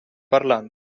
parlante